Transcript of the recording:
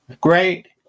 Great